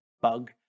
bug